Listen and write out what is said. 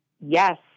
Yes